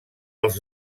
els